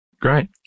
Great